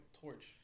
torch